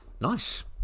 nice